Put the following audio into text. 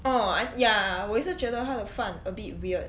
oh ya I ya 我也是觉得他的饭 a bit weird